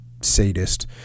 sadist